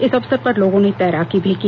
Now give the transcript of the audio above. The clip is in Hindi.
इस अवसर पर लोगों ने तैराकी भी की